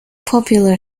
popular